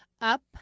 up